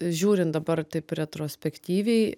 žiūrint dabar taip retrospektyviai